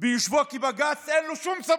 ביושבו כבג"ץ, אין לו שום סמכות,